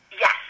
Yes